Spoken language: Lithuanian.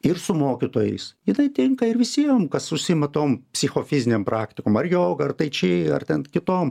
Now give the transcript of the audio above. ir su mokytojais ir tai tinka ir visiem kas užsiima tom psichofizinėm praktikom ar joga ar taiči ar ten kitom